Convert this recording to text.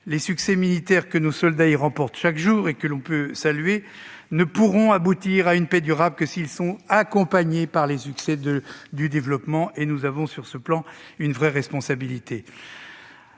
les succès militaires que nos soldats y remportent chaque jour et que l'on peut saluer ne pourront aboutir à une paix durable que s'ils sont accompagnés par les succès du développement. Nous avons, sur ce plan, une véritable responsabilité.